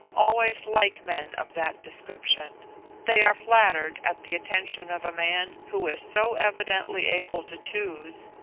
always like men of that description they are flattered at the attention of a man who is so evidently able to choose,